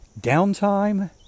downtime